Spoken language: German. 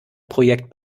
projekt